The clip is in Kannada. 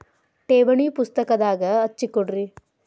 ಠೇವಣಿ ಪುಸ್ತಕದಾಗ ಹಚ್ಚಿ ಕೊಡ್ರಿ